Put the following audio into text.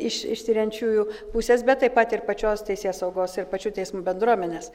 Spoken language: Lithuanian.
iš iš tiriančiųjų pusės bet taip pat ir pačios teisėsaugos ir pačių teismų bendruomenės